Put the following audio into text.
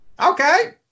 Okay